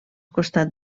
costat